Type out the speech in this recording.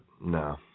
no